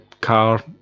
car